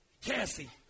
Cassie